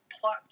plot